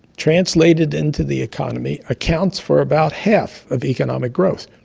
translated into the economy, accounts for about half of economic growth,